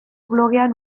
blogean